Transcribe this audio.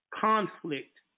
conflict